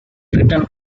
written